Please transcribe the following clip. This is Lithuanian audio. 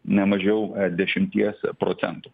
ne mažiau dešimties procentų